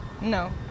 No